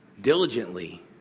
Diligently